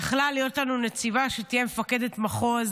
יכלה להיות לנו נציבה שתהיה מפקדת מחוז.